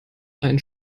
ein